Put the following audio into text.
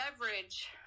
beverage